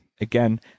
again